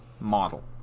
model